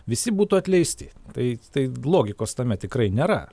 visi būtų atleisti tai tai logikos tame tikrai nėra